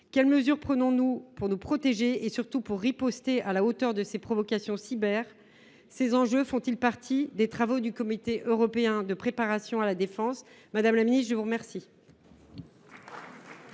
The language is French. Quelles mesures prenons nous pour nous protéger et, surtout, pour riposter à la hauteur de ces provocations cyber ? Ces enjeux sont ils évoqués lors des travaux du comité européen de préparation à la défense ? La parole est à Mme